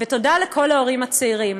ותודה לכל ההורים הצעירים,